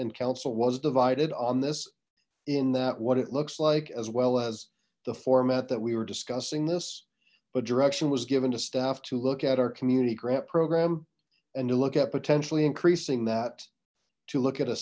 and council was divided on this in that what it looks like as well as the format that we were discussing this but direction was given to staff to look at our community grant program and to look at potentially increasing that to look at a